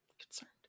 concerned